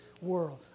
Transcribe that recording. world